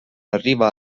arriva